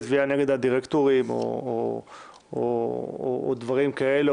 תביעה נגד הדירקטורים או דברים כאלה,